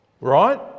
right